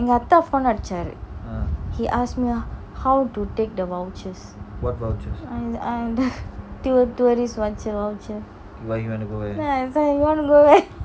அதன்:athan phone அடிச்சாரு:adichaaru he ask me how to take the vouchers I I tourist voucher voucher then I say you want to go where